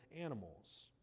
animals